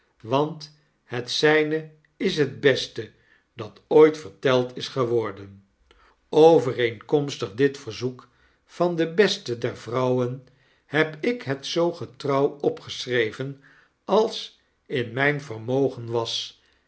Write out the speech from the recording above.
want het zyne is het beste dat ooit verteld is geworden overeenkomstig dit verzoek van de beste der vrouwen heb ik het zoo trouw opgeschreven als in mjjn vermogen was